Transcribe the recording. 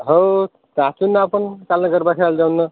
हो जातो ना आपण चांगलं गरबा खेळायला जाऊ ना मग